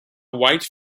white